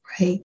right